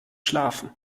schlafen